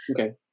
Okay